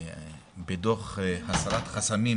בדו"ח הסרת חסמים